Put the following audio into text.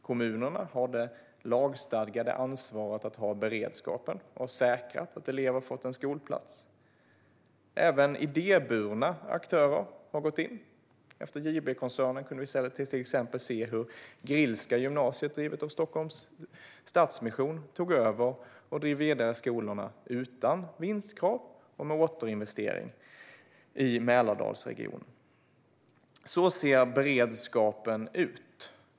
Kommunerna har det lagstadgade ansvaret att ha beredskap för och säkra att alla elever får en skolplats. Även idéburna aktörer har gått in. Till exempel kunde vi efter JB-koncernens konkurs se hur Grillska gymnasiet, drivet av Stockholms Stadsmission, tog över och drev skolorna i Mälardalsregionen vidare utan vinstkrav och med återinvestering. Så ser beredskapen ut.